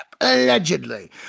Allegedly